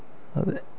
आं ते